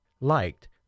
liked